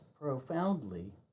profoundly